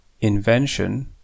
invention